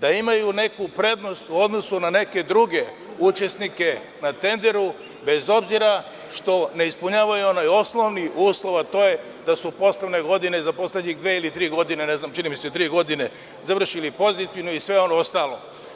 da imaju neku prednost u odnosu na neke druge učesnike na tenderu bez obzira što ne ispunjavaju onaj osnovni uslov, a to je da su poslednje godine, za poslednje dve ili tri godine završili pozitivno i sve ono ostalo.